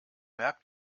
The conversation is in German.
merkt